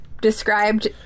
described